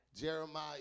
Jeremiah